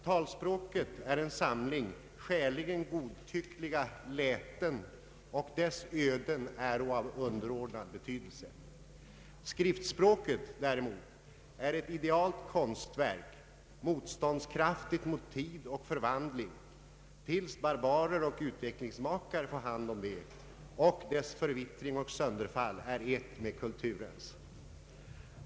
Talspråket är en samling skäligen godtyckliga läten, och dess öden äro av underordnad betydelse; skriftspråket däremot är ett idealt konstverk, motståndskraftigt mot tid och förvandling tills barbarer och utvecklingsmakare få hand om det, och dess förvittring och sönderfall är ett med kulturens.